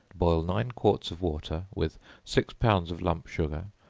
boil nine quarts of water with six pounds of lump sugar,